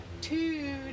two